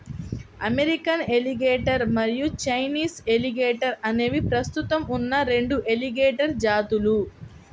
American alligator మరియు Chinese alligator అనేవి ప్రస్తుతం ఉన్న రెండు ఎలిగేటర్ జాతులు